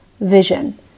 vision